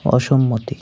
অসম্মতি